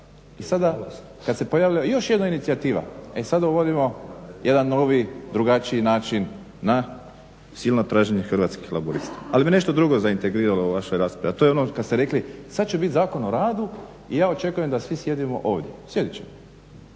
I sada kad se pojavila još jedna inicijativa e sad uvodimo jedan novi, drugačiji način na silno traženje Hrvatskih laburista. Ali me nešto drugo zaintegriralo u vašoj raspravi, a to je ono kad ste rekli sad će biti Zakon o radu i ja očekujem da svi sjedimo ovdje. Sjedit ćemo,